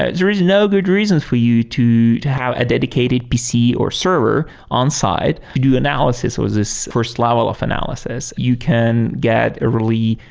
ah there is no good reason for you to to have a dedicated pc or server on site to do analysis or this first level of analysis. you can get a really,